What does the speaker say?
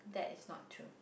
that is not true